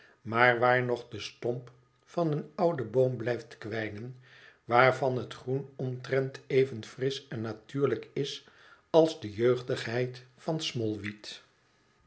maar waar nog de stomp van een ouden boom blijft kwijnen waarvan het groen omtrent even frisch en natuurlijk is als de jeugdigheid van